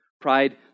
Pride